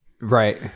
Right